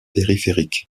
périphérique